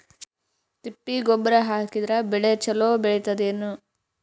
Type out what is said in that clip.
ತಿಪ್ಪಿ ಗೊಬ್ಬರ ಹಾಕಿದರ ಬೆಳ ಚಲೋ ಬೆಳಿತದೇನು?